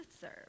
serve